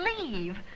leave